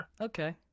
Okay